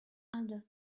under